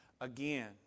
Again